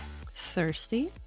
Thirsty